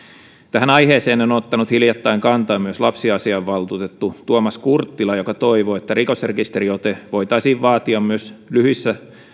tähän aiheeseen on ottanut hiljattain kantaa myös lapsiasiavaltuutettu tuomas kurttila joka toivoo että rikosrekisteriote voitaisiin vaatia myös